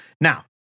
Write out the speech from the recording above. Now